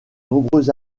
nombreux